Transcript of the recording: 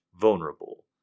vulnerable